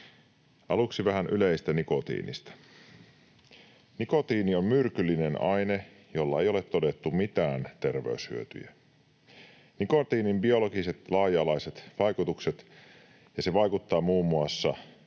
Aluksi vähän yleistä nikotiinista. Nikotiini on myrkyllinen aine, jolla ei ole todettu mitään terveyshyötyjä. Nikotiinilla on laaja-alaiset biologiset vaikutukset, ja se vaikuttaa muun muassa